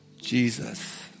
Jesus